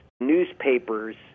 newspapers